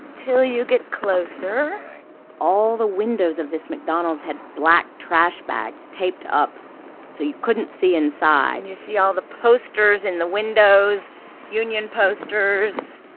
till you get closer all the windows of this mcdonald's had black trash bags taped up so you couldn't see inside and you see all the posters in the windows union posters.